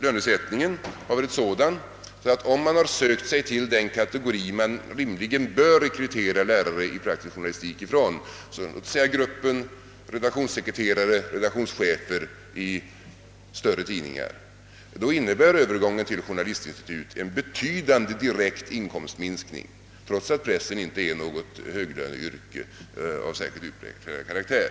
Lönesättningen har varit sådan att om man tillhör den kategori från vilken rimligen lärare i praktisk journalistik bör rekryteras — låt oss säga redaktionssekreterare och redaktionschefer i större tidningar — innebär övergången till journalistinstitut en betydande inkomstminskning, trots att pressen inte är något höglöneområde av särskilt utpräglad karaktär.